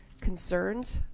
concerned